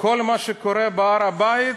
כל מה שקורה בהר-הבית,